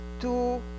two